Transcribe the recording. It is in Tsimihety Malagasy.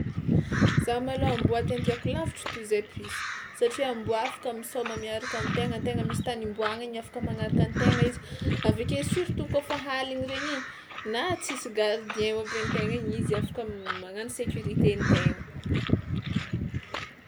Za malôha amboa tiàtiàko lavitra toy izay piso satria amboa afaka misaoma miaraka am'tegna an-tegna misy tany imboagna igny afaka magnaraka an-tegna izy, avy ake surtout kaofa aligny regny igny na tsisy gardien ho ampin-tegna igny izy afaka magnano sécurité an-tegna.